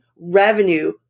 revenue